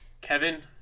Kevin